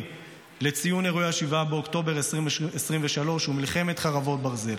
לציון אירועי 7 באוקטובר 2023 ומלחמת חרבות ברזל.